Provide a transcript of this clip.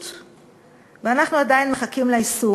אנחנו עדיין מחכים ליישום.